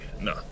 No